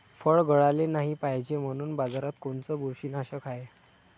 फळं गळाले नाही पायजे म्हनून बाजारात कोनचं बुरशीनाशक हाय?